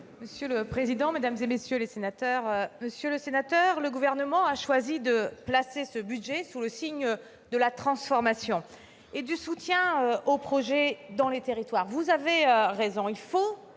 ? La parole est à Mme la ministre des outre-mer. Monsieur le sénateur, le Gouvernement a choisi de placer ce budget sous le signe de la transformation et du soutien aux projets dans les territoires. Vous avez raison, il faut